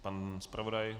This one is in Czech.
Pan zpravodaj?